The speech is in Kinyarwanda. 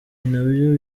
nabyo